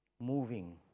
moving